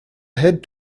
head